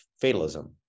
fatalism